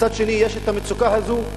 מצד שני יש את המצוקה הזאת,